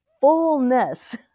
Fullness